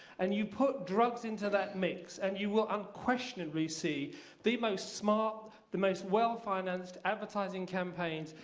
and you put drugs into that mix, and you will unquestionably see the most smart, the most well-financed advertising campaigns.